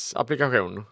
applikation